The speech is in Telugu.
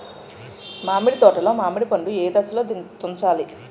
మామిడి తోటలో మామిడి పండు నీ ఏదశలో తుంచాలి?